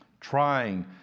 trying